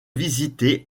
visitée